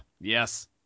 yes